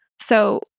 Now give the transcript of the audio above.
So-